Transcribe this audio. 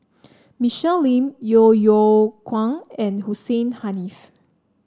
Michelle Lim Yeo Yeow Kwang and Hussein Haniff